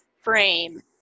frame